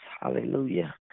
hallelujah